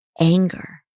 anger